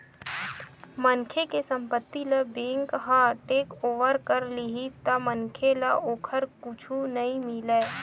मनखे के संपत्ति ल बेंक ह टेकओवर कर लेही त मनखे ल ओखर कुछु नइ मिलय